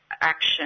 action